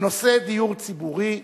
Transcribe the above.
בנושא: דיור ציבורי.